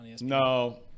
No